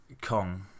Kong